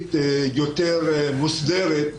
מקצועית יותר מוסדרת,